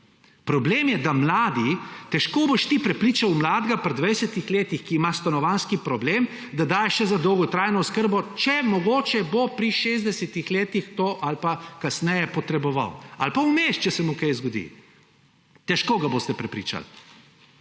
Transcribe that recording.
Problem je, da mladi – težko boš ti prepričal mladega pri 20 letih, ki ima stanovanjski problem, da daje še za dolgotrajno oskrbo, če mogoče bo pri 60 letih to ali pa kasneje potreboval. Ali pa vmes, če se mu kaj zgodi. Težko ga boste prepričali!